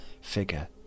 figure